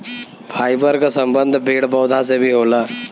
fibre क संबंध पेड़ पौधा से भी होला